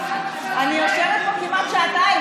אני יושבת פה כמעט שעתיים.